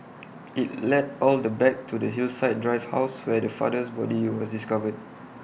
IT led all the back to the Hillside drive house where the father's body was discovered